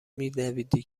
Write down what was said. میدویدی